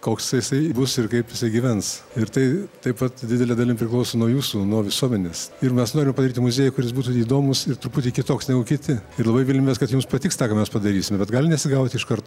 koks jisai bus ir kaip jisai gyvens ir tai taip pat didele dalimi priklauso nuo jūsų nuo visuomenės ir mes norim padaryti muziejų kuris būtų į įdomus ir truputį kitoks negu kiti ir labai viliamės kad jums patiks tą ką mes padarysime bet gali nesigauti iš karto